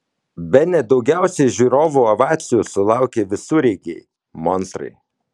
bene daugiausiai žiūrovų ovacijų sulaukė visureigiai monstrai